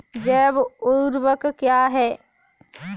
जैव ऊर्वक क्या है?